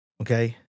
Okay